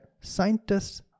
scientists